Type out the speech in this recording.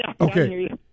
Okay